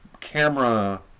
camera